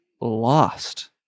lost